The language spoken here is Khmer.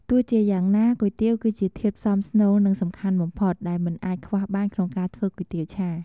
ទោះជាយ៉ាងណា គុយទាវគឺជាធាតុផ្សំស្នូល និងសំខាន់បំផុត ដែលមិនអាចខ្វះបានក្នុងការធ្វើគុយទាវឆា។